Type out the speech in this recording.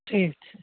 ठीक छै